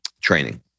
training